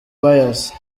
pius